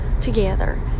together